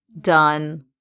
done